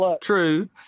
true